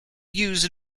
use